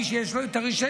מי שיש לו את הרישיון,